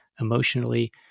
emotionally